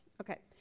Okay